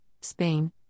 Spain